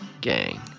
gang